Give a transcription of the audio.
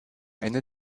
ende